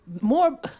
more